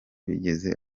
bigeze